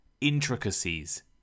Intricacies